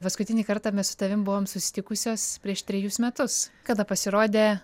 paskutinį kartą mes su tavim buvom susitikusios prieš trejus metus kada pasirodė